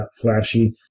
flashy